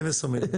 בבקשה.